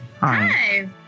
Hi